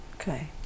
Okay